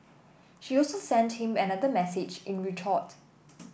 she also sent him another message in retort